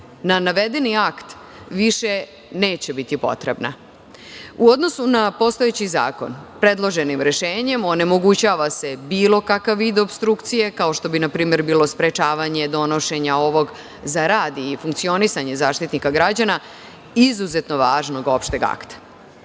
na navedeni akt više neće biti potrebna.U odnosu na postojeći zakon, predloženim rešenjem onemogućava se bilo kakav vid opstrukcije kao što bi, na primer, bilo sprečavanje donošenja ovog za rad i funkcionisanje Zaštitnika građana izuzetno važnog opšteg